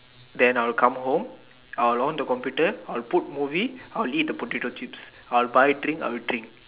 then I will come home I will on the computer I will put movie I will eat the potato chips I will buy drink I will drink